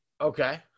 Okay